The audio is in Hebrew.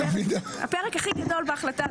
זה פרק הכי גדול בהחלטה.